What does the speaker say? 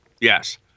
yes